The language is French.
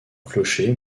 clocher